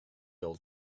old